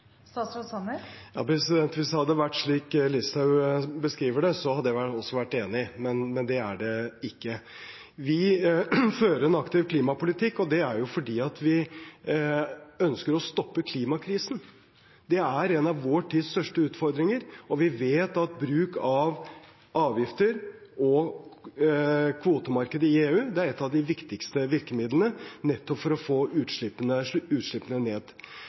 Hvis det hadde vært slik som representanten Listhaug beskriver det, hadde jeg vært enig, men slik er det ikke. Vi fører en aktiv klimapolitikk, og det er fordi vi ønsker å stoppe klimakrisen. Det er en av vår tids største utfordringer, og vi vet at bruk av avgifter og kvotemarkedet i EU er et av de viktigste virkemidlene for å få utslippene